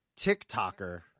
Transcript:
TikToker